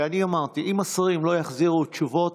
ואני אמרתי: אם השרים לא יחזירו תשובות,